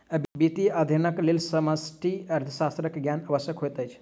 वित्तीय अध्ययनक लेल समष्टि अर्थशास्त्रक ज्ञान आवश्यक होइत अछि